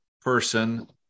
person